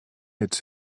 ets